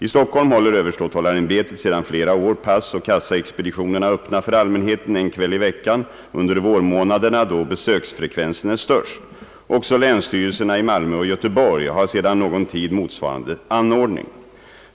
I Stockholm håller överståthållarämbetet sedan flera år passoch kassaexpeditionerna öppna för allmänheten en kväll i veckan under vårmånaderna, då besöksfrekvensen är störst. Också länsstyrelserna i Malmö och Göteborg har sedan någon tid motsvarande anordning.